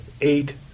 eight –